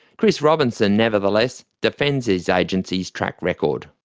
chris robinson nevertheless defends his agency's track record.